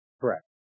Correct